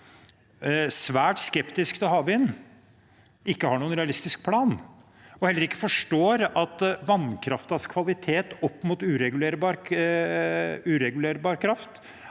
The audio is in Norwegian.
svært skeptisk til havvind, ikke har noen realistisk plan og heller ikke forstår at vannkraftens kvalitet opp mot uregulerbar kraft